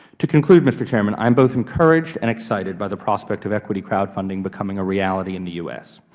to conclude, mr. chairman, i am both encouraged and excited by the prospect of equity crowdfunding becoming a reality in the u s.